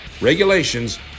regulations